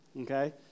okay